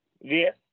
Yes